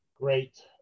Great